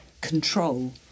control